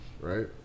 right